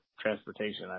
transportation